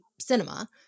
cinema